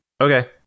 okay